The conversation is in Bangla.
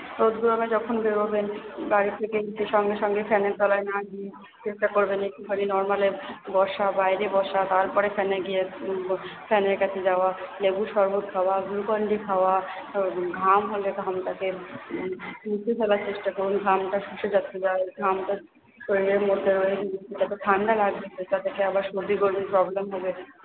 রোদ গরমে যখন বেরোবেন বাড়ি থেকে সঙ্গে সঙ্গে ফ্যানের তলায় না গিয়ে চেষ্টা করবেন একটুখানি নরমালে বসা বাইরে বসা তারপরে ফ্যানে গিয়ে ফ্যানের কাছে যাওয়া লেবুর শরবত খাওয়া গ্লুকনডি খাওয়া ঘাম হলে ঘামটাকে মুছে ফেলার চেষ্টা করুন ঘামটা যাতে যায় ঘামটা শরীরে মধ্যে রয়েছে যাতে ঠান্ডা না লেগে যায় এই সময় সর্দি গর্মির প্রবলেম হবে